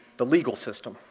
the legal system.